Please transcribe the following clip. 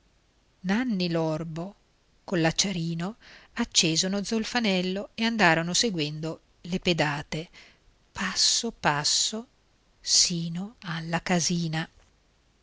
scavalcò il chiuso nanni l'orbo coll'acciarino accese un zolfanello e andarono seguendo le pedate passo passo sino alla casina